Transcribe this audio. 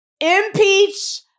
Impeach